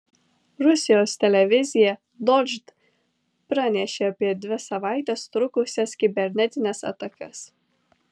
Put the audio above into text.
rusijos televizija dožd pranešė apie dvi savaites trukusias kibernetines atakas